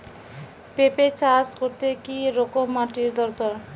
পেঁপে চাষ করতে কি রকম মাটির দরকার?